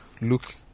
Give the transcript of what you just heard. look